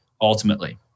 ultimately